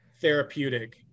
therapeutic